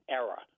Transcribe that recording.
era